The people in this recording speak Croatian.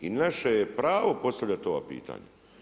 I naše je pravo postavljati ova pitanja.